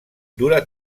dura